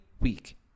week